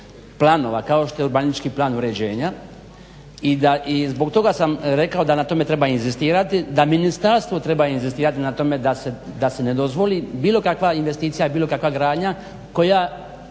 planova kao što je urbanistički plan uređenja i zbog toga sam rekao da na tome treba inzistirati, da Ministarstvo treba inzistirati na tome da se ne dozvoli bilo kakva investicija i bilo kakva gradnja koja